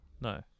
No